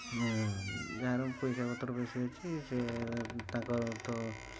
ଯାହାର ପଇସାପତ୍ର ବେଶି ଅଛି ସେ ତାଙ୍କର ତ